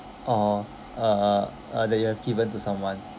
or uh uh that you have given to someone